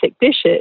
dishes